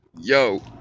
Yo